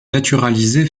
naturalisé